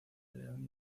león